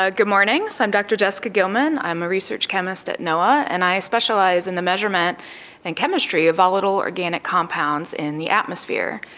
ah good morning, so i'm dr jessica gilman, i'm a research chemist at noaa, and i specialise in the measurement and chemistry of volatile organic compounds in the atmosphere.